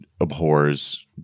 abhors